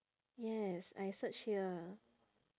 yes I search here